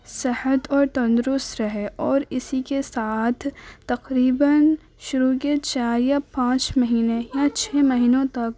صحت اور تندرست رہے اور اسی کے ساتھ تقریباً شروع کے چار یا پانچ مہینے یا چھ مہینوں تک